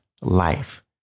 life